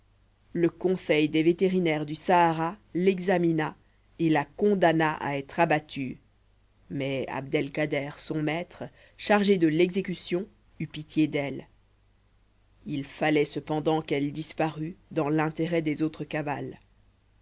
le conseil des vétérinaires du sahara l'examina et la condamna à être abattue mais abd-el-kader son maître chargé de l'exécution eut pitié d'elle il fallait cependant qu'elle disparût dans l'intérêt des autres cavales